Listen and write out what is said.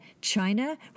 China